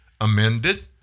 amended